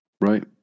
Right